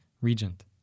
Regent